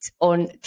on